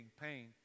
pain